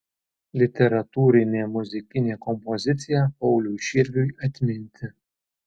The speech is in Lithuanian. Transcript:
literatūrinė muzikinė kompozicija pauliui širviui atminti